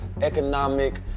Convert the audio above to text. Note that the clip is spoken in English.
economic